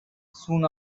soon